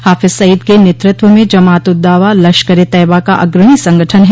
हाफिज सईद के नेतृत्व में जमात उद दावा लश्करे तैयबा का अग्रणी संगठन है